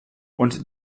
und